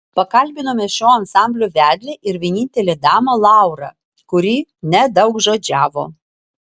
pakalbinome šio ansamblio vedlę ir vienintelę damą laurą kuri nedaugžodžiavo